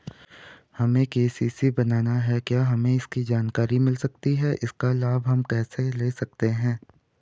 हमें के.सी.सी बनाना है क्या हमें इसकी जानकारी मिल सकती है इसका लाभ हम कैसे ले सकते हैं?